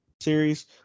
series